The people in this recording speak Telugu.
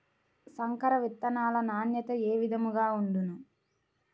సంకర విత్తనాల నాణ్యత ఏ విధముగా ఉండును?